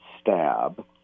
stab